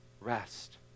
rest